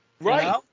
Right